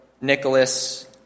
Nicholas